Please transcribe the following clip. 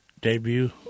debut